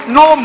no